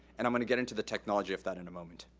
and i'm gonna get into the technology of that in a moment.